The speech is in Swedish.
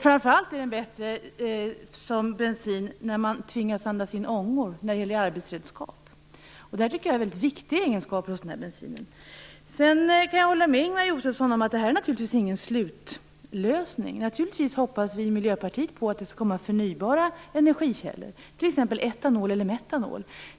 Framför allt är den bättre som bensin när man tvingas andas in ångor, t.ex. när den används som arbetsredskap. Detta tycker jag är väldigt viktiga egenskaper hos denna bensin. Jag kan hålla med Ingemar Josefsson om att detta naturligtvis inte är en slutlösning. Naturligtvis hoppas vi i Miljöpartiet på att det skall komma förnybara energikällor, t.ex. etanol eller metanol.